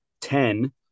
ten